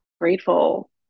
grateful